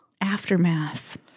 Aftermath